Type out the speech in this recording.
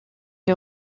est